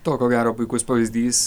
to ko gero puikus pavyzdys